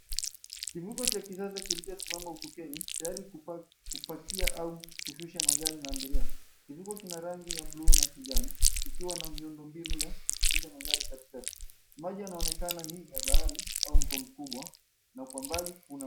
Kifukwe cha kisasa kilichosimama ufukweni tayari kupakia au kushusha magari na abiria. Kivuko kina rangi ya buluu na kijani kikiwa na miundo mbinu ya kupitisha magari katikati. Maji yanaonekana ni ya bahari au mto mkubwa na kwa mbali kuna...